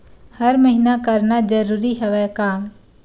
हर महीना करना जरूरी हवय का?